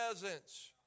presence